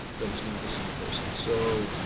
but it's not the same person. so